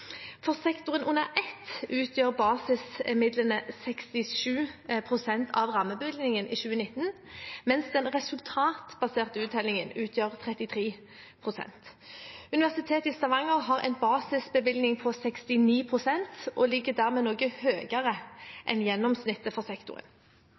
For sektoren under ett utgjør basismidlene 67 pst. av rammebevilgningen i 2019, mens den resultatbaserte uttellingen utgjør 33 pst. Universitetet i Stavanger har en basisbevilgning på 69 pst. og ligger dermed noe høyere